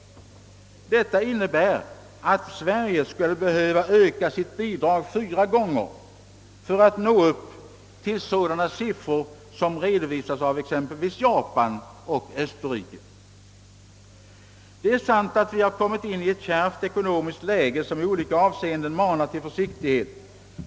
Detta innebär att Sverige skulle behöva bidra med fyra gånger så mycket som vad nu är fallet för att nå upp till sådana siffror som redovisas av exempelvis Japan och Österrike. Det är sant att vi har kommit in i ett kärvt ekonomiskt läge som i olika avseenden manar till försiktighet.